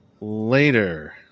later